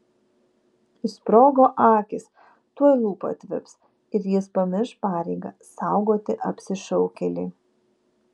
išsprogo akys tuoj lūpa atvips ir jis pamirš pareigą saugoti apsišaukėlį